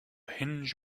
hinge